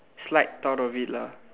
slight thought of it lah